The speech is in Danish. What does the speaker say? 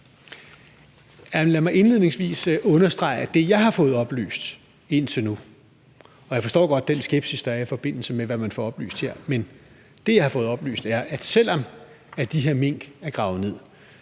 Lad mig indledningsvis understrege, at det, jeg har fået oplyst indtil nu – og jeg forstår godt den skepsis, der er i forbindelse med, hvad man får oplyst her – er, at selv om de her mink er gravet ned,